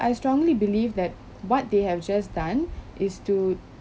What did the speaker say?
I strongly believe that what they have just done is to